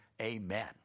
Amen